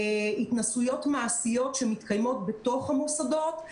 התנסויות מעשיות שמתקיימות בתוך המוסדות,